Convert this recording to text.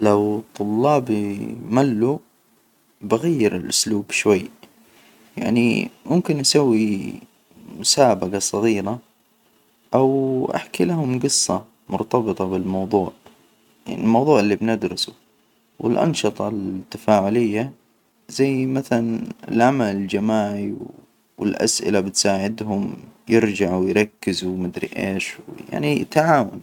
لو طلابي ملوا، بغير الأسلوب شوي، يعني ممكن نسوي مسابجة صغيرة. أو أحكي لهم جصة مرتبطة بالموضوع، يعني الموضوع إللي بندرسه والأنشطة التفاعلية زي مثلا العمل الجماعي والأسئلة بتساعدهم يرجعوا يركزوا، وما أدري إيش ويعني تعاون.